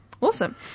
awesome